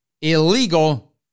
illegal